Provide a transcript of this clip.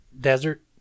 desert